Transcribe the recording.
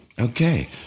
okay